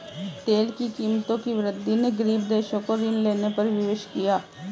तेल की कीमतों की वृद्धि ने गरीब देशों को ऋण लेने पर विवश किया